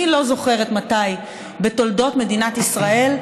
אני לא זוכרת מתי בתולדות מדינת ישראל,